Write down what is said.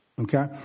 Okay